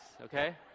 okay